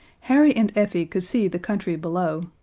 harry and effie could see the country below,